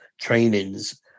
trainings